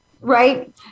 right